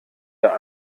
der